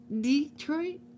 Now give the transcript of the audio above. Detroit